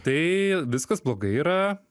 tai viskas blogai yra